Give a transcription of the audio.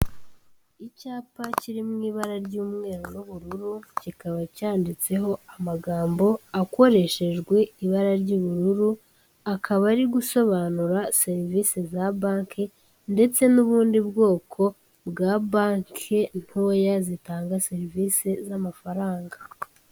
Icyapa kiri mu ibara ry'umweru n'ubururu, kikaba cyanditseho amagambo akoreshejwe ibara ry'ubururu, akaba ari gusobanura serivisi za banki ndetse n'ubundi bwoko bwa banki ntoya zitanga serivisi z'amafaranga.